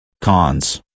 Cons